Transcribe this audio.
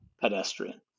pedestrian